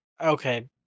Okay